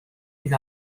bydd